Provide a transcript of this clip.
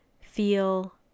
feel